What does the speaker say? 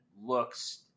looks